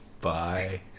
Bye